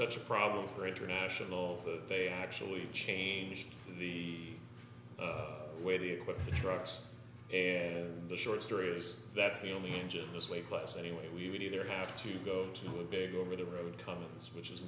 such a problem for international that they actually changed the way the equipment trucks and the short story was that's the only engine this way plus any way we would either have to go to a big over the road cummings which is